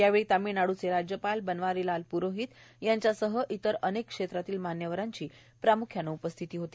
यावेळी तमिळनाड्रचे राज्यपाल बनवारीलाल प्रोहित यांच्यासह इतर अनेक क्षेत्रातील मान्यवरांची प्राम्ख्याने उपस्थिती होती